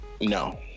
no